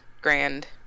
grand